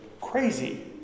crazy